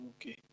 Okay